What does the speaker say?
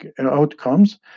outcomes